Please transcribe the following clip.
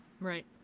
Right